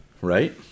Right